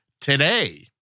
today